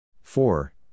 four